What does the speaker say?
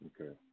Okay